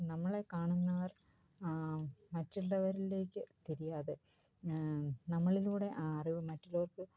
നമ്മൾ നമ്മളെ കാണുന്നവർ മറ്റുള്ളവരിലേക്ക് തിരിയാതെ നമ്മളിലൂടെ ആ അറിവ് മറ്റുള്ളവർക്ക്